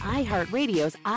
iHeartRadio's